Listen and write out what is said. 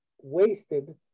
wasted